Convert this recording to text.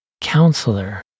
counselor